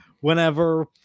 whenever